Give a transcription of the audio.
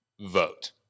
vote